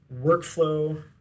workflow